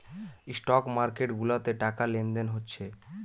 stock market গুলাতে টাকা লেনদেন হচ্ছে